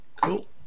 Cool